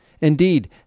Indeed